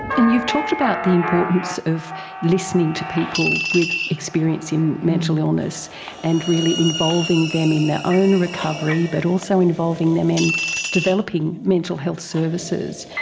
and you've talked about the importance of listening to people with experience in mental illness and really involving them in their own recovery but also involving them in developing mental health services.